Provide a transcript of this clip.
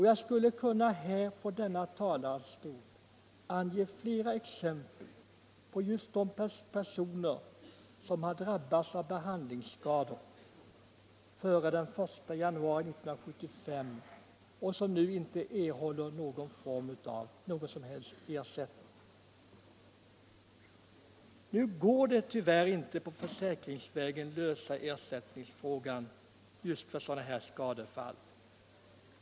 Jag skulle från talarstolen kunna ge flera exempel på just personer som har drabbats av behandlingsskador före den 1 januari 1975 och som nu inte erhåller någon som helst ersättning. Tyvärr går det inte att försäkringsvägen lösa ersättningsfrågan just för sådana här skadefall.